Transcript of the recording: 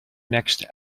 next